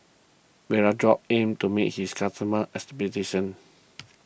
Vapodrops aims to meet its customers' expectations